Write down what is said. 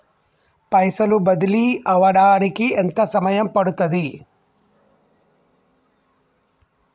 పైసలు బదిలీ అవడానికి ఎంత సమయం పడుతది?